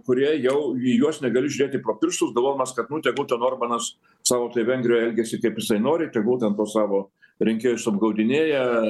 kurie jau į juos negali žiūrėti pro pirštus delomas kad nu tegu ten orbanas savo toj vengrijoj elgiasi kaip jisai nori tegul tuos savo rinkėjus apgaudinėja